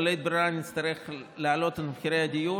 בלית ברירה אני אצטרך להעלות את מחירי הדיור,